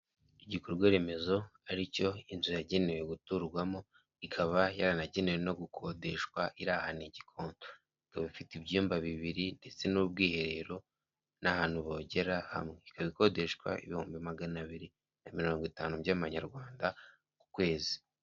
Igikorwa remezo ari cyo inzu yagenewe guturwamo ikaba yaranagenewe no gukodeshwa, iri ahantu i Gikondo. Ikaba abafite ibyumba bibiri ndetse n'ubwiherero n'ahantu bogera hamwe. Ikaba ikodeshwa ibihumbi magana abiri na mirongo itanu by'amanyarwanda ku kwezi.